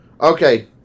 Okay